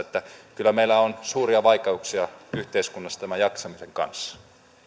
eli kyllä meillä on suuria vaikeuksia yhteiskunnassa tämän jaksamisen kanssa